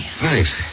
Thanks